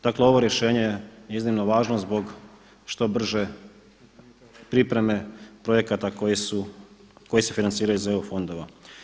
Dakle ovo rješenje je iznimno važno zbog što brže pripreme projekata koji se financiraju iz EU fondova.